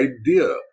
idea